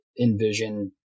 Envision